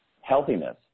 healthiness